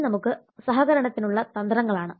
ഇനി നമുക്ക് സഹകരണത്തിനുള്ള തന്ത്രങ്ങളാണ്